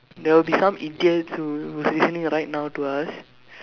there will be some idiots who who is listening right now to us